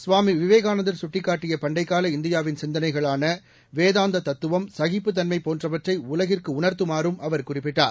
சுவாமி விவேகானந்தர் கட்டிக்காட்டிய பண்டைக்கால இந்தியாவின் சிந்தனைகளான வேதாந்த தத்துவம் சகிப்புத் தன்மை போன்றவற்றை உலகிற்கு உணர்த்துமாறும் அவர் குறிப்பிட்டார்